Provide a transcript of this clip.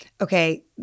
Okay